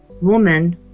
woman